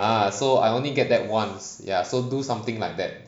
ah so I only get that once ya so do something like that